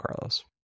Carlos